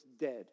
dead